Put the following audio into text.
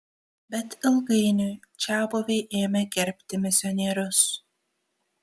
bet ilgainiui čiabuviai ėmė gerbti misionierius